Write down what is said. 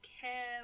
care